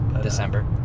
December